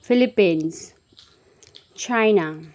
Philippines China